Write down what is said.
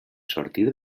sortir